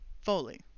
Foley